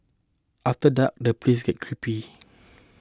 after dark the place get creepy